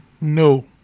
No